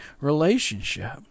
relationship